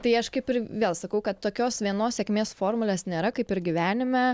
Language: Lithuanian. tai aš kaip ir vėl sakau kad tokios vienos sėkmės formulės nėra kaip ir gyvenime